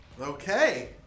Okay